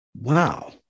Wow